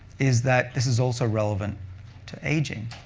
is that this is also relevant to aging.